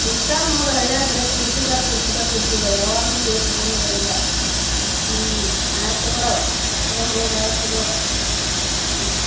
ಇಷ್ಟೇ ನೋಡಿ ಹಳ್ಯಾಗೆ ಬರೇ ಪೀಡ್ಸೋದೇ ಪೀಡ್ಸೋದೇ ಪೀಡ್ಸೋದೇ ಯಾವಾಗ್ಲೂ ತೊಗೊನುದೇ ಇಲ್ಲ ಹ್ಞೂ ಆಯ್ತು ತೊಗೊಳವ್ವ ತೊಗೊಂಡು ಹೋಗು ಆಯ್ತು ತೊಗೋ ಹ್ಞೂ